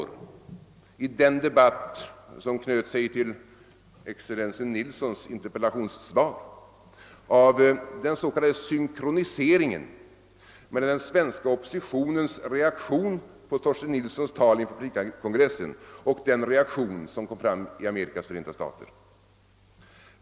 Under den debatt i går som knöt sig till excellensen Nilssons interpellationssvar gjordes ett stort nummer av den s.k. synkroniseringen mellan den svenska oppositionens reaktion på Torsten Nilssons tal inför partikongressen och den reaktion som uppstod i Amerikas Föreenta stater.